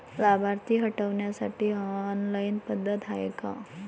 लाभार्थी हटवासाठी ऑनलाईन पद्धत हाय का?